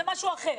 זה משהו אחר.